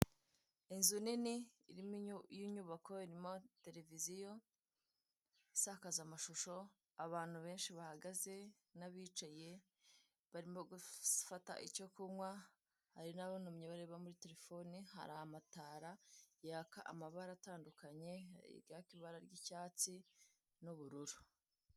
Inzu nini, y'inyubako, irimo televiziyo isakaza amashusho, abantu benshi bihagaze n'abicaye barimo gufata icyo kunywa, hari n'abunamye bareba muri telefone, hari amatara yaka amabara yaka amabara atandukanye, uryaka ibara ry'icyatsi n'ubururu.